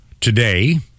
Today